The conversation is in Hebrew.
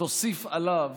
תוסיף עליו